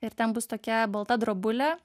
ir ten bus tokia balta drobulė